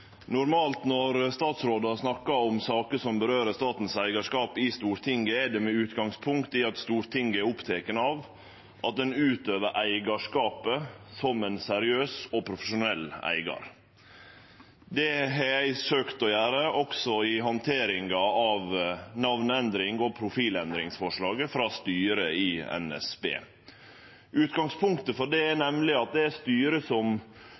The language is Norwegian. det med utgangspunkt i at Stortinget er oppteke av at ein utøver eigarskapet som ein seriøs og profesjonell eigar. Det har eg søkt å gjere også i handteringa av namneendrings- og profilendringsforslaget frå styret i NSB. Utgangspunktet for det er at det er styret som